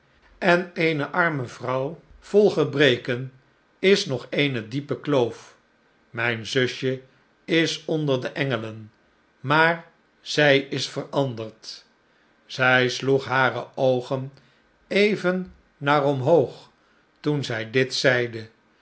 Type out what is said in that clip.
en eene arme vrouw vol gebreken is nog eene diepe kloof mijn zusje is onder de engelen maar zij is veranderd zij sloeg hare oogen even naar omhoog toen zij dit zeide